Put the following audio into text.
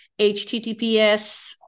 HTTPS